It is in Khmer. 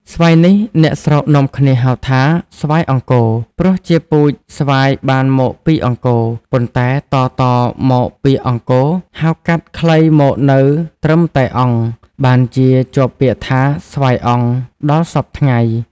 ស្វាយនេះ អ្នកស្រុកនាំគ្នាហៅថា "ស្វាយអង្គរ" ព្រោះជាពូជស្វាយបានមកពីអង្គរ ប៉ុន្តែតៗ មក ពាក្យ "អង្គរ" ហៅកាត់ខ្លីមកនៅត្រឹមតែ "អង្គ" បានជាជាប់ពាក្យថា : "ស្វាយអង្គ" ដល់សព្វថ្ងៃ ។